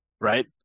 right